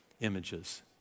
images